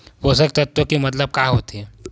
पोषक तत्व के मतलब का होथे?